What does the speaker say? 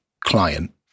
client